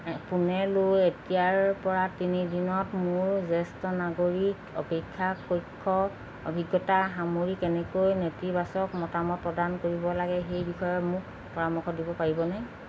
পুনেলৈ এতিয়াৰ পৰা তিনি দিনত মোৰ জ্যেষ্ঠ নাগৰিক অপেক্ষা কক্ষ অভিজ্ঞতা সামৰি কেনেকৈ নেতিবাচক মতামত প্ৰদান কৰিব লাগে সেই বিষয়ে মোক পৰামৰ্শ দিব পাৰিবনে